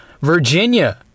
Virginia